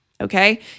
Okay